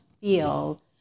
feel